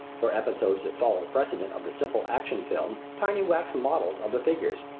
for episodes that follow the precedent of the simple action film tiny wax models of the figures,